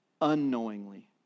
unknowingly